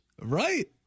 right